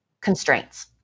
constraints